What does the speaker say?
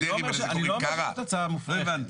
אני לא אומר שזו הצעה מופרכת.